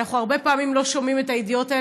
ואנחנו הרבה פעמים לא שומעים את הידיעות האלה,